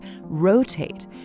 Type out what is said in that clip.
rotate